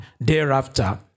thereafter